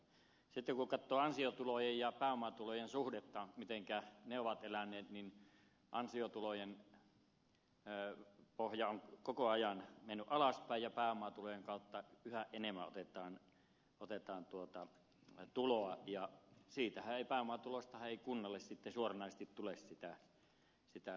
sitten kun katsoo ansiotulojen ja pääomatulojen suhdetta miten ne ovat eläneet ansiotulojen pohja on koko ajan mennyt alaspäin ja pääomatulojen kautta yhä enemmän otetaan tuloa ja pääomatuloistahan ei kunnalle suoranaisesti tule sitä veroa